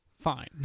Fine